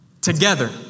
together